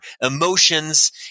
emotions